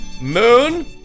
moon